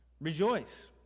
Rejoice